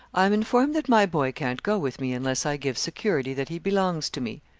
i am informed that my boy can't go with me unless i give security that he belongs to me.